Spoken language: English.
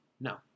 No